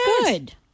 good